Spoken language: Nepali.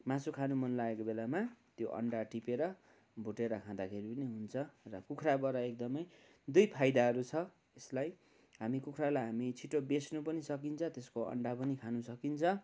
मासु खानु मनलागेको बेलामा त्यो अण्डा टिपेर भुटेर खाँदाखेरि पनि हुन्छ र कुखुराबाट एकदमै दुई फाइदाहरू छ त्यसलाई हामी कुखुरालाई हामी छिटो बेच्नु पनि सकिन्छ त्यसको अण्डा पनि खान सकिन्छ